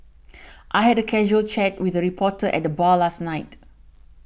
I had a casual chat with a reporter at the bar last night